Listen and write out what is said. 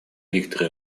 виктора